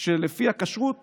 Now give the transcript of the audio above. שלפי הכשרות